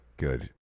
Good